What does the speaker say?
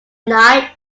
night